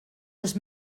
les